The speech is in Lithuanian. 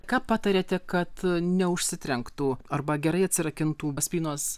ką patariate kad neužsitrenktų arba gerai atsirakintų spynos